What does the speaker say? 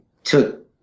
took